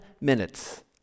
minutes